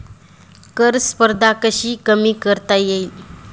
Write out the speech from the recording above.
कर स्पर्धा कशी कमी करता येईल?